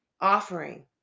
offering